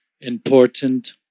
important